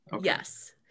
yes